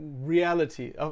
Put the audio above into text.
reality